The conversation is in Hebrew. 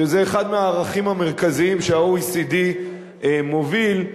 שזה אחד מהערכים המרכזיים שה-OECD מוביל,